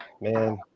Man